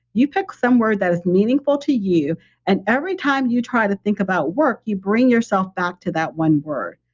you pick some word that is meaningful to you and every time you try to think about work, you bring yourself back to that one word.